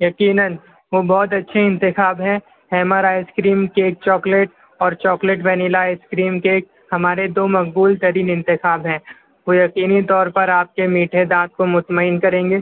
یقیناً وہ بہت اچھے انتخاب ہیں ہیمر آئس کریم کیک چاکلیٹ اور chocolate vanilla ice cream cake ہمارے دو مقبول ترین انتخاب ہیں وہ یقینی طور پر آپ کے میٹھے دانت کو مطمئن کریں گے